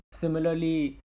similarly